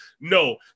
No